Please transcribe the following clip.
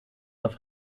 auf